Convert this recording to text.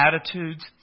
attitudes